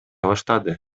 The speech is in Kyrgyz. баштады